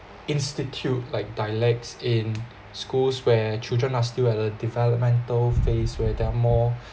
institute like dialects in schools where children are still at the developmental phase where there are more